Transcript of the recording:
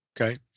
Okay